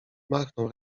machnął